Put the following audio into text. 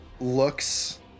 looks